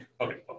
Okay